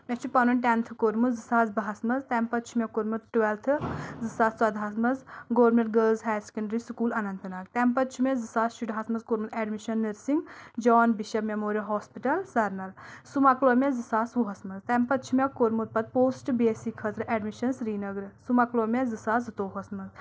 مےٚ چھُ پنُن ٹؠنتھٕ کوٚرمُت زٕ ساس بہس منٛز تَمہِ پتہٕ چھُ مےٚ کوٚرمُت ٹُویلتھٕ زٕ ساس ژۄدہَس منٛز government girls higher secondary school Anant Nag تَمہِ پتہٕ چھُ زٕ ساس شُرہس منٛز کوٚرمُت ایڈمِشن نٔرسِنٛگ جان بِش میمور ہاسپِٹل سرن سُہ مۄکلو مےٚ زٕ ساس وُہس منٛز تَمہِ پتہٕ چھُ مےٚ کوٚرمُت پتہٕ پوسٹ بی ایس سی خٲطرٕ اؠڈمشن سری نگرٕ سُہ مۄکلو مےٚ زٕ ساس زٕتوہس منٛز